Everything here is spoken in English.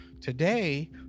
today